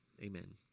Amen